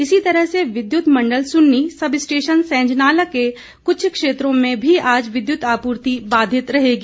इसी तरह से विद्युत मंडल सुन्नी सब स्टेशन सैंजनाला के कुछ क्षेत्रों में भी आज विद्युत आपूर्ति बाधित रहेगी